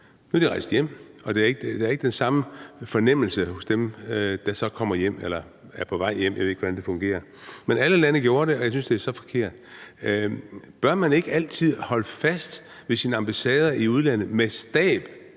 Nu er de rejst hjem, og der er ikke den samme fornemmelse hos dem, der så kommer hjem eller er på vej hjem; jeg ved ikke, hvordan det fungerer. Men alle lande gjorde det, og jeg synes, det er så forkert. Bør man ikke altid holde fast ved sine ambassader i udlandet med fuld